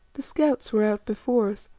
the scouts were out before us,